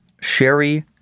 Sherry